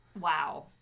Wow